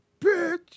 bitch